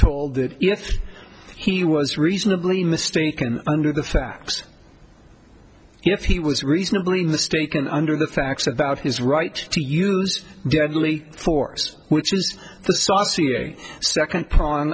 told that he was reasonably mistaken under the facts if he was reasonably mistaken under the facts about his right to use deadly force which is the saucer second part